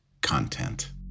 content